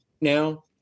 now